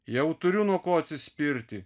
jau turiu nuo ko atsispirti